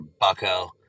bucko